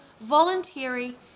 voluntary